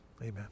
Amen